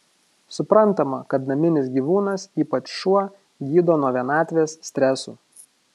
suprantama kad naminis gyvūnas ypač šuo gydo nuo vienatvės stresų